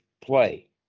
play